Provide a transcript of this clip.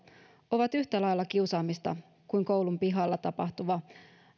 ovat yhtä lailla kiusaamista kuin koulun pihalla tapahtuva